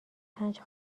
پنج